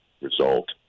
result